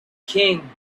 king